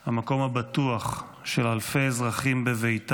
המקום הבטוח של אלפי אזרחים בביתם